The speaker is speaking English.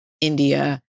India